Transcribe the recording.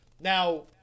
now